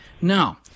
now